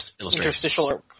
Interstitial